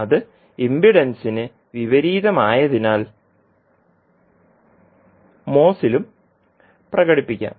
അത് ഇംപെഡൻസിന് വിപരീതമായതിനാൽ മോസിലും പ്രകടിപ്പിക്കാം